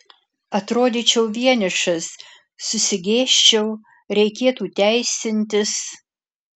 atrodyčiau vienišas susigėsčiau reikėtų teisintis